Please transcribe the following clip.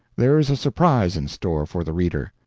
there is a surprise in store for the reader.